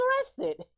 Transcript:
arrested